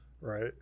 right